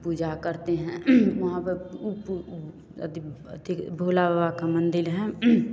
पूजा करते हैं वहाँ पर भोला का मंदिर है